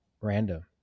random